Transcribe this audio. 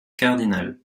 cardinal